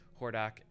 Hordak